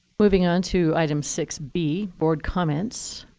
moving on to item six b, board comments.